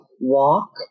walk